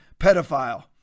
pedophile